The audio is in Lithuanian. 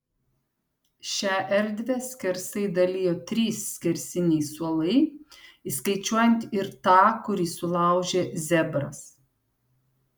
šią erdvę skersai dalijo trys skersiniai suolai įskaičiuojant ir tą kurį sulaužė zebras